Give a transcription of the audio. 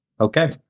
okay